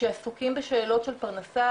שעסוקים בשאלות של פרנסה,